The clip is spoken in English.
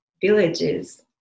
villages